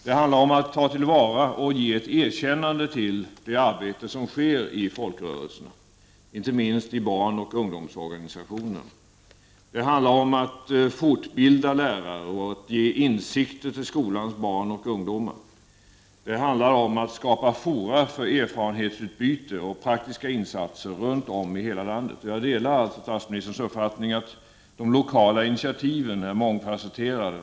Det handlar om att ta till vara och ge ett erkännande till det arbete som görs i folkrörelserna, inte minst i barnoch ungdomsorganisationerna. Det handlar om att fortbilda lärare och att ge insikter till skolans barn och ungdomar. Det handlar om att skapa fora för erfarenhetsutbyte och praktiska insatser runt om i hela landet. Jag delar således statsministerns uppfattning att de lokala initiativen är mångfasetterade.